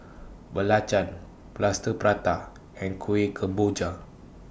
Belacan Plaster Prata and Kuih Kemboja